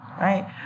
right